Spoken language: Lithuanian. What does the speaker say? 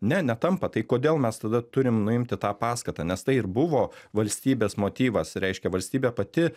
ne netampa tai kodėl mes tada turim nuimti tą paskatą nes tai ir buvo valstybės motyvas reiškia valstybė pati